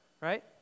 right